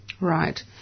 Right